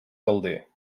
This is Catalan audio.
calder